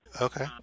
Okay